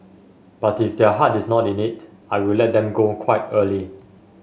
but if their heart is not in it I will let them go quite early